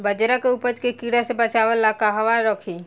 बाजरा के उपज के कीड़ा से बचाव ला कहवा रखीं?